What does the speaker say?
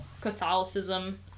catholicism